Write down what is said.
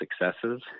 successes